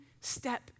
step